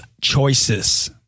choices